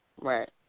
right